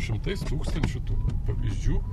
šimtais tūkstančių tų pavyzdžių